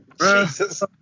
Jesus